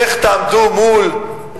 איך תעמדו מול,